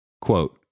Quote